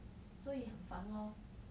所以很烦 lor